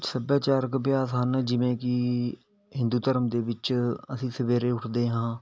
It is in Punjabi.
ਸੱਭਿਆਚਾਰਕ ਅਭਿਆਸ ਹਨ ਜਿਵੇਂ ਕਿ ਹਿੰਦੂ ਧਰਮ ਦੇ ਵਿੱਚ ਅਸੀਂ ਸਵੇਰੇ ਉੱਠਦੇ ਹਾਂ